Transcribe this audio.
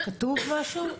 כתוב משהו?